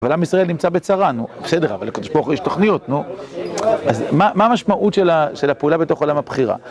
עולם ישראל נמצא בצרה, בסדר, אבל לקב' יש תוכניות, מה המשמעות של הפעולה בתוך עולם הבחירה?